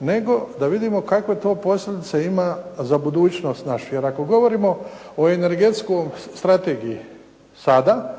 nego da vidimo kakve to posljedice ima za budućnost našu. Jer ako govorimo o energetskoj strategiji sada